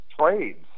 trades